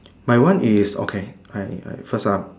my one is okay I I first one